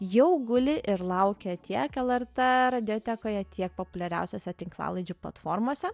jau guli ir laukia tiek lrt radiotekoje tiek populiariausiose tinklalaidžių platformose